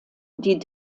die